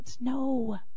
No